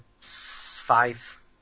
five